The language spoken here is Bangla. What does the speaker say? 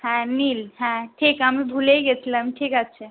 হ্যাঁ নীল হ্যাঁ ঠিক আমি ভুলেই গিয়েছিলাম ঠিক আছে